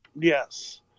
Yes